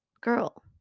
girl